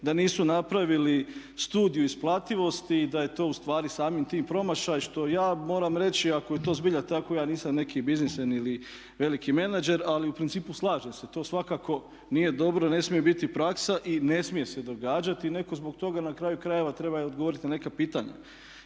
da nisu napravili studiju isplativosti i da je to u stvari samim tim promašaj što ja moram reći ako je to zbilja tako ja nisam neki biznismen ili veliki menadžer, ali u principu slažem se. To svakako nije dobro, ne smije biti praksa i ne smije se događati. Netko zbog toga na kraju krajeva treba i odgovorit na neka pitanja.